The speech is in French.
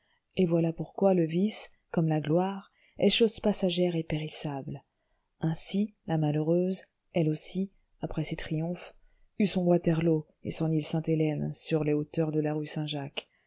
et voilà pourquoi le vice comme la gloire est chose passagère et périssable ainsi la malheureuse elle aussi après ses triomphes elle eut son waterloo et son île sainte-hélène sur les hauteurs de la rue saint-jacques